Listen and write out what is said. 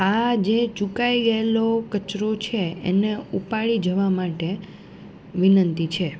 આ જે ચૂકાઈ ગયેલો કચરો છે એને ઉપાડી જવા માટે વિનંતી છે